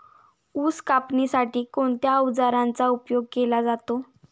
ऊस कापण्यासाठी कोणत्या अवजारांचा उपयोग केला जातो?